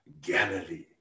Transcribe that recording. Galilee